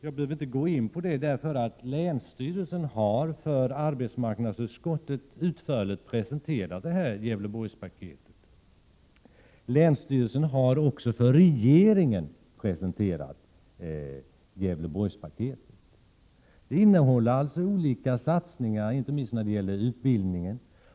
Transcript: Jag behöver inte gå in i detalj på vad paketet innehåller, eftersom länsstyrelsen för arbetsmarknadsutskottet och regeringen utförligt har presenterat Gävleborgspaketet. Det innehåller bl.a. förslag till olika satsningar, inte minst när det gäller utbildning.